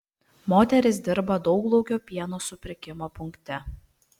moteris dirba dauglaukio pieno supirkimo punkte